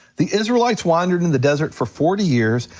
the israelites wandered in the desert for forty years,